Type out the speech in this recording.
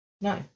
No